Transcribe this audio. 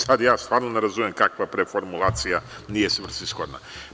Sada ja stvarno ne razumem da li preformulacija nije svrsishodna.